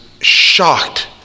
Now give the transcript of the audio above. shocked